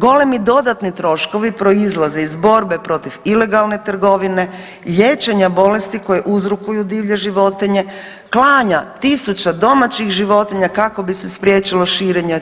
Golemi dodatni troškovi proizlaze iz borbe protiv ilegalne trgovine, liječenja bolesti koje uzrokuju divlje životinje, klanja tisuća domaćih životinja kako bi se spriječilo širenje